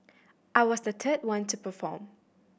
I was the third one to perform